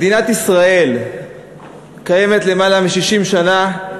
אנחנו עוברים להצעת